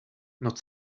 not